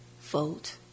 vote